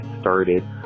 started